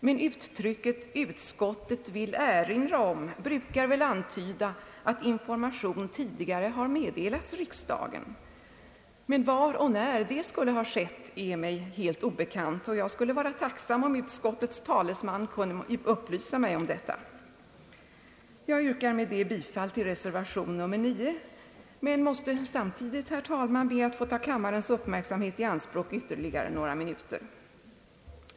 Men uttrycket »utskottet vill erinra om» brukar väl antyda att information tidigare har meddelats riksdagen. Men var och när detta skulle ha skett är mig helt obekant, och jag skulle vara tacksam om utskottets talesman kunde upplysa mig om detta. Jag kommer med det anförda att yrka bifall till reservation 9 men måste samtidigt, herr talman, be att få ta kammarens uppmärksamhet i anspråk ytterligare några minuter.